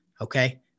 okay